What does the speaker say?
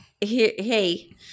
hey